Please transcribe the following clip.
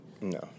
No